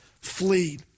Flee